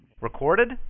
Recorded